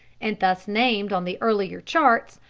and thus named on the earlier charts,